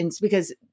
Because-